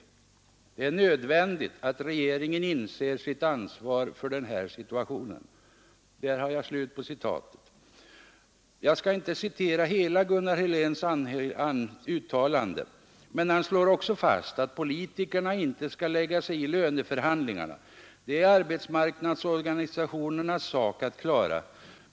Det är nödvändigt att regeringen inser sitt ansvar för den här situationen.” Jag skall inte citera hela Gunnar Heléns uttalande, men han slår också fast att politikerna inte skall lägga sig i löneförhandlingarna. Det är arbetsmarknadsorganisationernas sak att klara.